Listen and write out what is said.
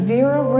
Vera